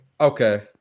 okay